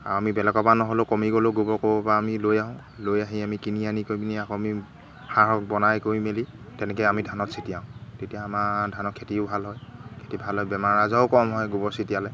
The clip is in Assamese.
আৰু আমি বেলেগৰপৰা নহ'লেও কমি গ'লেও গোবৰ ক'ৰবাৰপৰা আমি লৈ আহোঁ লৈ আহি আমি কিনি আনি কৰি পিনি আকৌ আমি সাৰ বনাই কৰি মেলি তেনেকৈ আমি ধানত চিটিয়াও তেতিয়া আমাৰ ধানৰ খেতিও ভাল হয় খেতি ভাল হয় বেমাৰ আজাৰো কম হয় গোবৰ চিটিয়ালে